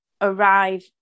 arrive